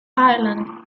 ireland